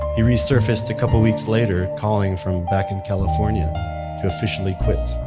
he resurfaced a couple of weeks later, calling from back in california to officially quit.